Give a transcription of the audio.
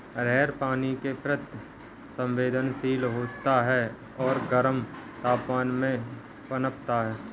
अरहर पानी के प्रति संवेदनशील होता है और गर्म तापमान में पनपता है